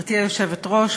גברתי היושבת-ראש,